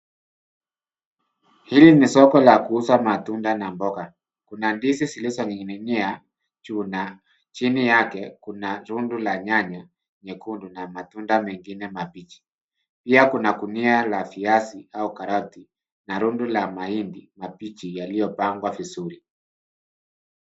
Hili ni soko la kuuza matunda na mboga. Kuna ndizi zilizoning'inia juu, na chini yake kuna tundo la nyanya nyekundu na matunda mengine mabichi. Pia kuna gunia la viazi au karoti, na rundu la mahindi mabichi yaliyopangwa vizuri.